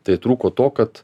tai trūko to kad